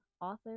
author